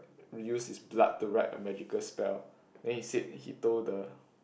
reuse his blood to write a magical spell then he said he told the